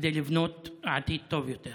כדי לבנות עתיד טוב יותר.